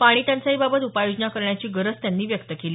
पाणी टंचाईबाबत उपाययोजना करण्याची गरज त्यांनी व्यक्त केली